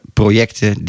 projecten